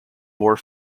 more